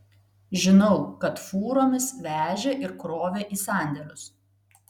žinau kad fūromis vežė ir krovė į sandėlius